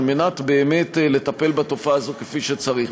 מנת באמת לטפל בתופעה הזאת כפי שצריך.